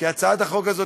כי הצעת החוק הזאת,